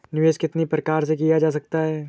निवेश कितनी प्रकार से किया जा सकता है?